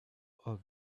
all